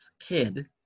kid